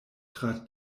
tra